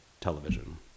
television